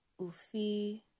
Ufi